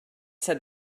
said